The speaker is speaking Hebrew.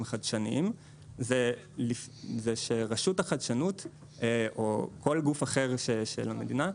חדשניים זה שמשרד החדשנות או כל גוף אחר של המדינה,